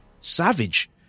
savage